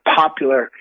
popular